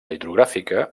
hidrogràfica